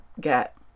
get